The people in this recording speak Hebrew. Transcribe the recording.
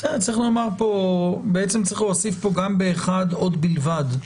צריך להוסיף כאן גם ב-1 עוד "בלבד".